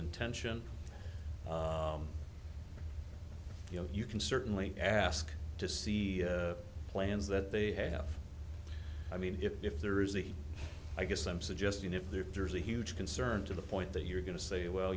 and tension you know you can certainly ask to see plans that they have i mean if there is a i guess i'm suggesting if there's a huge concern to the point that you're going to say well